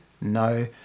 No